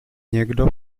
někdo